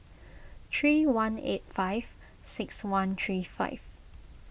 three one eight five six one three five